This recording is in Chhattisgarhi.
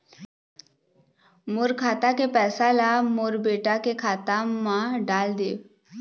मोर खाता के पैसा ला मोर बेटा के खाता मा डाल देव?